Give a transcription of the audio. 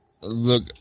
Look